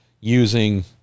using